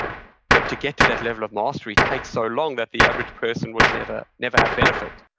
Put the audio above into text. but to get to that level of mastery takes so long that the average person would never never have benefit.